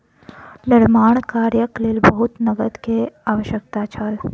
निर्माण कार्यक लेल बहुत नकद के आवश्यकता छल